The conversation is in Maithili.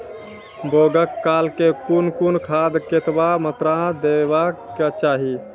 बौगक काल मे कून कून खाद केतबा मात्राम देबाक चाही?